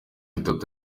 itatu